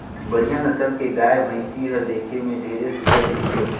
बड़िहा नसल के गाय, भइसी हर देखे में ढेरे सुग्घर दिखथे